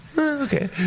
Okay